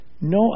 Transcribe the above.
No